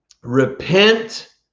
Repent